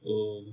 oh